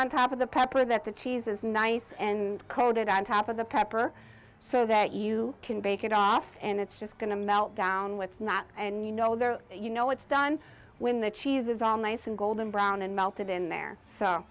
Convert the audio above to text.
on top of the peppers that the cheese is nice and coated on top of the pepper so that you can bake it off and it's just going to melt down with not and you know there you know it's done when the cheese is all nice and golden brown and melted in there so